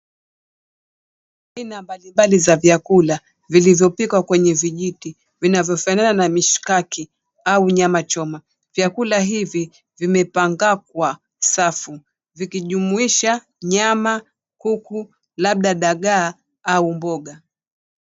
Aina mbalimbali za vyakula vilivyopikwa kwenye vijiti vinavyofanana na mishikaki au nyama choma. Vyakula hivi vimepangwa kwa safu vikijumuisha nyama, kuku, labda dagaa au mboga.